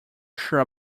sure